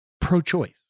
pro-choice